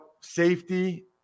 safety